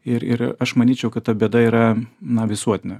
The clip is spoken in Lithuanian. ir ir aš manyčiau kad ta bėda yra na visuotina